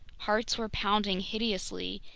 hearts were pounding hideously,